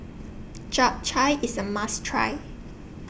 Chap Chai IS A must Try